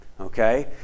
okay